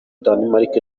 danemark